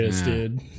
dude